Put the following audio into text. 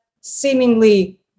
seemingly